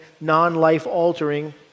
non-life-altering